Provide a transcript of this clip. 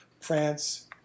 France